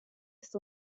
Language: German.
ist